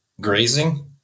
grazing